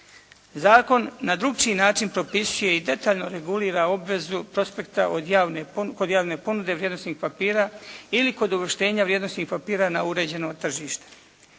Zakon na drukčiji način propisuje i detaljno regulira obvezu prospekta kod javne ponude vrijednosnih papira ili kod uvrštenja vrijednosnih papira na uređeno tržište.